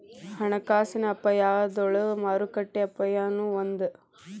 ಹಣಕಾಸಿನ ಅಪಾಯದೊಳಗ ಮಾರುಕಟ್ಟೆ ಅಪಾಯನೂ ಒಂದ್